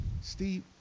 Steve